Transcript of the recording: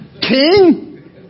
King